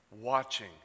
watching